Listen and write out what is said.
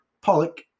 Pollock